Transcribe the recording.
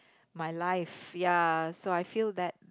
my life ya so I feel that